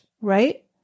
right